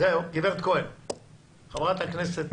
--- חברת הכנסת